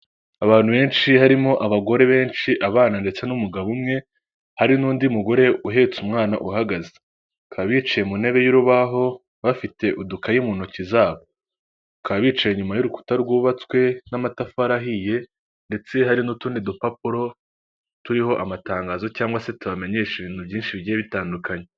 Abantu benshi harimo abagore benshi, abana ndetse n'umugabo umwe, hari n'undi mugore uhetse umwana uhagaze bakaba bicaye mu ntebe y'urubaho bafite udukayi mu ntoki zabo, bakaba bicaye inyuma y'urukuta rwubatswe n'amatafari ahiye ndetse hari n'utundi dupapuro turiho amatangazo cyangwa se tubamenyesha ibintu byinshi bigiye bitandukanye.